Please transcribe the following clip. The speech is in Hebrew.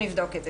נבדוק את זה.